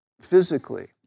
physically